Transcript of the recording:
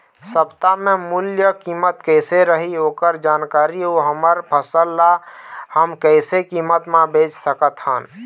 सप्ता के मूल्य कीमत कैसे रही ओकर जानकारी अऊ हमर फसल ला हम कैसे कीमत मा बेच सकत हन?